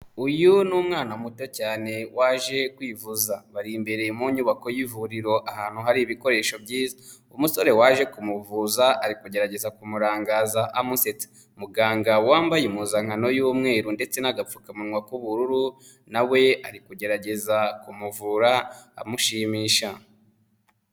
Uyu ni umwana muto cyane waje kwivuza. Bari imbere mu nyubako y'ivuriro ahantu hari ibikoresho byiza, umusore waje kumuvuza ari kugerageza kumurangaza amusetsa, muganga wambaye impuzankano y'umweru ndetse n'agapfukamunwa k'ubururu nawe ari kugerageza kumuvura, amushimisha.